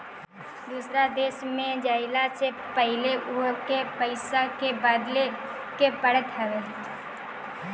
दूसरा देश में जइला से पहिले उहा के पईसा के बदले के पड़त हवे